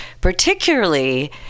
particularly